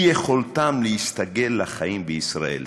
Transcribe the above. אי-יכולתם להסתגל לחיים בישראל".